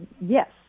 Yes